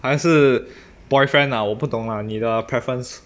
还是 boyfriend lah 我不懂 lah 你的 preference